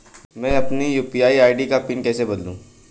मैं अपनी UPI ID का पिन कैसे बदलूं?